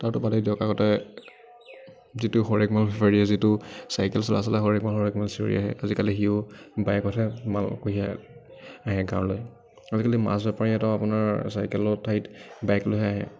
তাৰতো বাদেই দিয়ক আগতে যিটো হৰ এক মাল বেপাৰীয়ে যিটো চাইকেল চলাই চলাই হৰ এক মাল হৰ এক মাল বুলি চিঞৰি আহে আজিকালি সিও বাইকতহে মাল কঢ়িয়াই আহে গাঁৱলৈ আজিকালি মাছ বেপাৰী এটা আপোনাৰ চাইকেলৰ ঠাইত বাইক লৈহে আহে